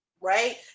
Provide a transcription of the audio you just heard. Right